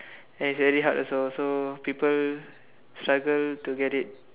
and it's very hard also so people struggle to get it